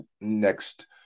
next